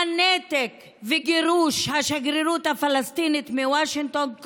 הנתק וגירוש השגרירות הפלסטינית מוושינגטון.